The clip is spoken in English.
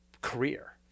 career